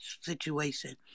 situation